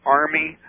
army